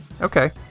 Okay